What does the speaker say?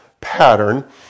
pattern